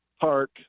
park